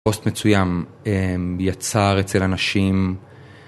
פוסט מסוים יצר אצל אנשים